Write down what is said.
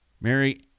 Mary